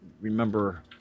remember